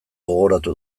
gogoratu